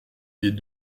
les